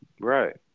Right